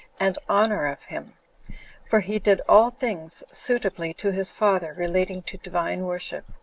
and honor of him for he did all things suitably to his father relating to divine worship,